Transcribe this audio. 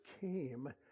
came